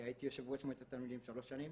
הייתי יושב ראש מועצת תלמידים שלוש שנים,